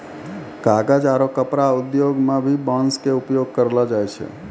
कागज आरो कपड़ा उद्योग मं भी बांस के उपयोग करलो जाय छै